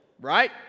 right